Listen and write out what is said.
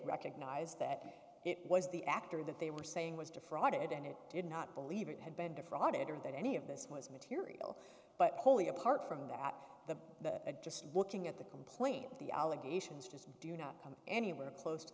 recognize that it was the actor that they were saying was defrauded and it did not believe it had been defrauded or that any of this was material but wholly apart from that the that just looking at the complaint the allegations just do not come anywhere close to